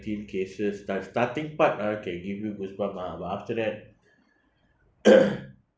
cases start~ starting part ah can give you goosebump ah but after that